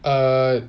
uh